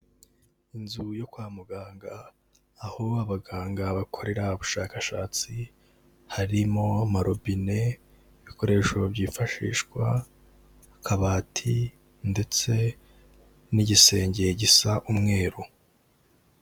Inzu yo kwa muganga aho abaganga bakorera ubushakashatsi harimo amarobine, ibikoresho byifashishwa, akabati ndetse n'igisenge gisa umweru.